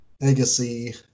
legacy